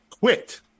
Quit